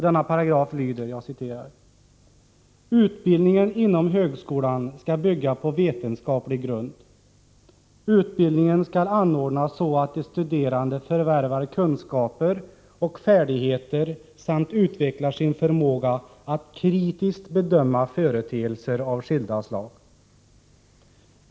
Denna paragraf lyder: ”Utbildningen inom högskolan skall bygga på vetenskaplig grund. Utbildningen skall anordnas så att de studerande förvärvar kunskaper och färdigheter samt utvecklar sin förmåga att kritiskt bedöma företeelser av skilda slag.